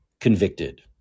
convicted